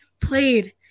played